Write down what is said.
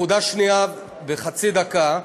נקודה שנייה, בחצי דקה.